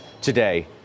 today